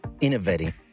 innovating